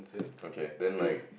okay then like